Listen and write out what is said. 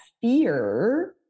fear